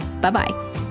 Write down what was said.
Bye-bye